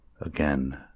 Again